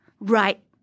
Right